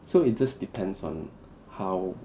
so it just depends on how